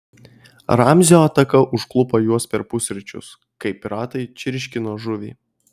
ramzio ataka užklupo juos per pusryčius kai piratai čirškino žuvį